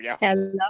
hello